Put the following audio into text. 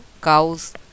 cows